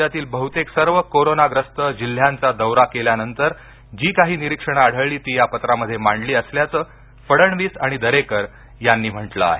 राज्यातील बहुतेक सर्व कोरोनाग्रस्त जिल्ह्यांचा दौरा केल्यानंतर जी काही निरीक्षणं आढळली ती या पत्रामध्ये मांडली असल्याचं फडणवीस आणि दरेकर यांनी म्हटलं आहे